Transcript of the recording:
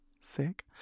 sick